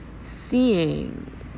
seeing